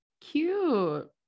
Cute